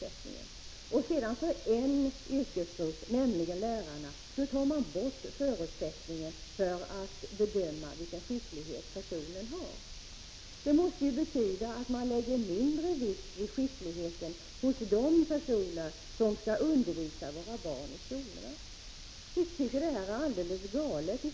Att då för en yrkesgrupp, nämligen lärarna, ta bort förutsättningen för att bedöma vilken skicklighet personen har måste betyda att man lägger mindre vikt vid skicklighet hos dem som skall undervisa våra barn i skolan. Vi i folkpartiet tycker att detta är alldeles galet.